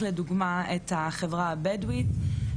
וקיבלנו המון תלונות מנערות,